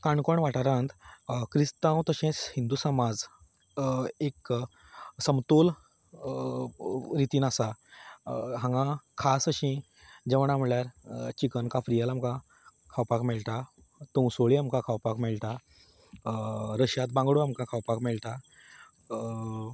काणकोण वाठारांत क्रिस्तांव तशेंच हिंदू समाज एक समतोल रितीन आसा हांगा खास अशीं जेवणां म्हणल्यार चिकन काफरियल आमकां खावपाक मेळटा तवसोलीं आमकां खावपाक मेळटा रेशाद बांगडो आमकां खावपा मेळटा